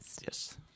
Yes